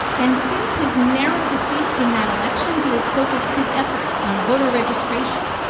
and since his narrow defeat in that election, he has focused his efforts on voter registration,